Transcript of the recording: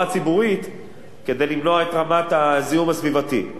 הציבורית כדי למנוע את רמת הזיהום הסביבתי,